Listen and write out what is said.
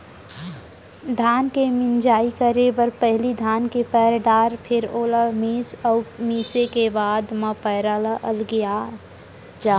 धान के मिंजई करे बर पहिली धान के पैर डार फेर ओला मीस अउ मिसे के बाद म पैरा ल अलगियात जा